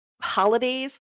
holidays